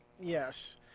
yes